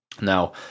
Now